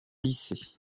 lycée